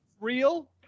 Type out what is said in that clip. real